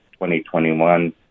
2021